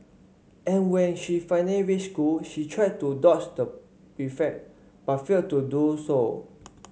and when she finally reached school she tried to dodge the prefect but failed to do so